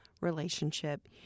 relationship